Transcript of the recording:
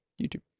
youtube